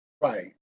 Right